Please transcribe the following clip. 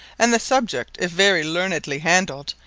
and the subject if very learnedly handled,